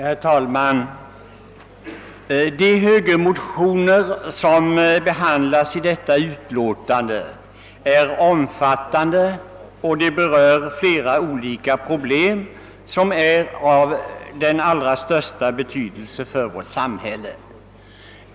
Herr talman! Högermotionen I: 35 — lika lydande med motionen II:50 — som behandlas i förevarande utlåtande, är omfattande och berör flera olika problem, vilka är av den allra största betydelse för vårt samhälle.